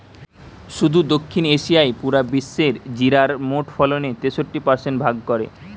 শুধু দক্ষিণ এশিয়াই পুরা বিশ্বের জিরার মোট ফলনের তেষট্টি পারসেন্ট ভাগ করে